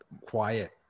quiet